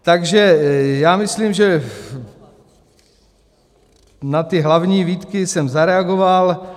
Takže já myslím, že na ty hlavní výtky jsem zareagoval.